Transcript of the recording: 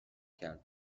کرد